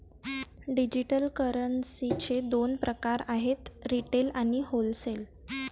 digital करन्सीचे दोन प्रकार आहेत रिटेल आणि होलसेल